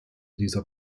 dieser